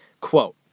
Quote